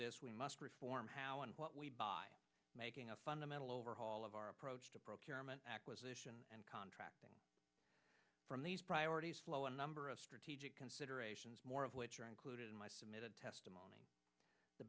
this we must reform how and what we by making a fundamental overhaul of our approach to procurement acquisition and contracting from these priorities slow a number of strategic considerations more of which are included in my submitted testimony the